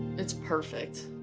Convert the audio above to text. it's perfect.